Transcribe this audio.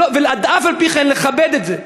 ואף-על-פי-כן לכבד את זה.